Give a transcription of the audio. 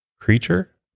creature